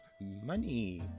Money